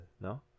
no